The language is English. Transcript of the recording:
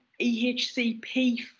ehcp